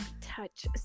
touch